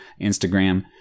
Instagram